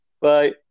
Bye